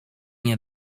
nie